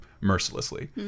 mercilessly